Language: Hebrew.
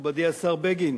מכובדי השר בגין,